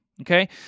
okay